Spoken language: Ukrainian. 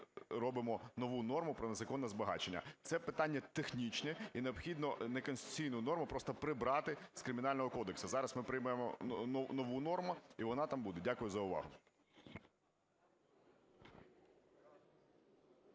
робимо нову норму про незаконне збагачення. Це питання технічне і необхідно неконституційну норму просто прибрати з Кримінального кодексу. Зараз ми приймемо нову норму, і вона там буде. Дякую за увагу.